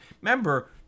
Remember